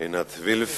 עינת וילף,